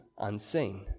unseen